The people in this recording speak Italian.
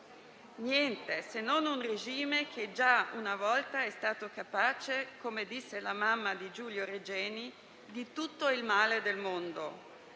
Niente, se non un regime che già una volta è stato capace - come disse la mamma di Giulio Regeni - di tutto il male del mondo;